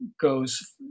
goes